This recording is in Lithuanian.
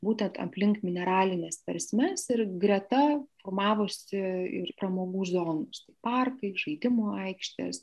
būtent aplink mineralines versmes ir greta formavosi ir pramogų zonos parkai žaidimų aikštės